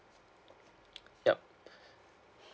yup